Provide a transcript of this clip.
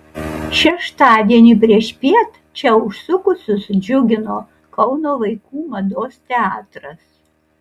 šeštadienį priešpiet čia užsukusius džiugino kauno vaikų mados teatras